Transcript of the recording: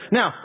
now